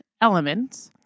elements